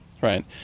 right